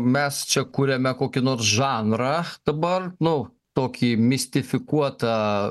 mes čia kuriame kokį nors žanrą dabar nu tokį mistifikuotą